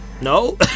no